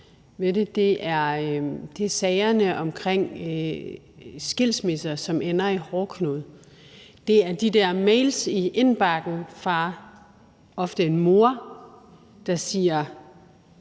det er sagerne omkring skilsmisser, som ender i en hårdknude. Det er de der mails i indbakken fra ofte en mor, der siger: